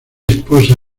esposa